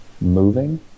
moving